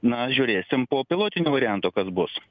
na žiūrėsim po pilotinio varianto kas bus